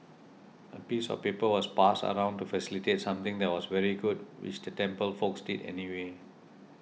a piece of paper was passed around to facilitate something that was very good which the temple folks did anyway